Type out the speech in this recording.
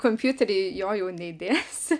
kompiuterį jo jau neįdėsi